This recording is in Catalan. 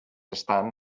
estan